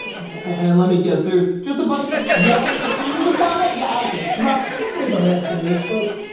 and and let me guess, there's just a bunch of yelling and screaming to follow? yeah, okay. ralph, i can't believe i'm asking this but,